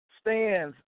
Stands